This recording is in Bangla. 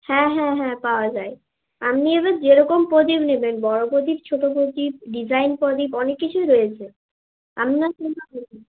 হ্যাঁ হ্যাঁ হ্যাঁ পাওয়া যায় আপনি এবার যেরকম প্রদীপ নেবেন বড় প্রদীপ ছোটো প্রদীপ ডিজাইন প্রদীপ অনেক কিছুই রয়েছে আপনার কোনটা পছন্দ